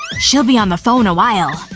she'll be on the phone a while.